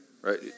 Right